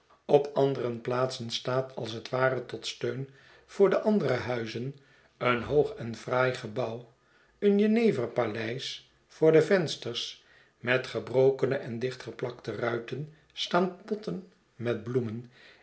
op andere plaatsen staat als het ware tot steun voor de andere huizen een hoog en fraai gebouw een jeneverpaleis voor de vensters met gebrokene en dichtgeplakte ruiten staan potten met bloemen